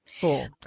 Cool